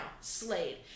Slade